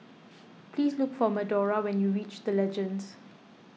please look for Medora when you reach the Legends